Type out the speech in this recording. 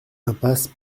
impasse